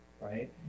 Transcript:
right